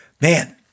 man